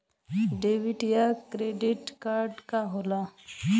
Debit या credit card का होला?